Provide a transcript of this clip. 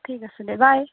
ঠিক আছে দে বাই